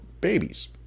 babies